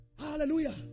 Hallelujah